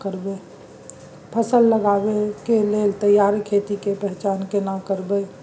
फसल लगबै के लेल तैयार खेत के पहचान केना करबै?